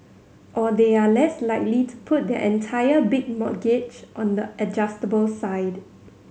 or they are less likely to put their entire big mortgage on the adjustable side